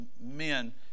men